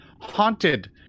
Haunted